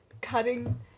cutting